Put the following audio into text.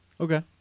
Okay